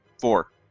four